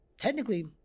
technically